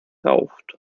rauft